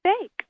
fake